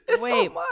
Wait